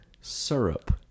syrup